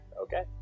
Okay